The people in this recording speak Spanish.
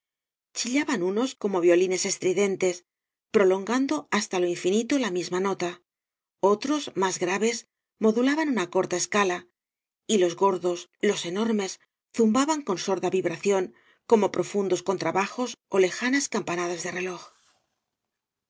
chillaban unos como violines estridentes prolongando hasta lo infinito la misma nota otros más graves modulaban una corta escala y los gordos los enormes zumbaban con sorda vibración como profundos contrabajos ó lejanas campanadas de reloj a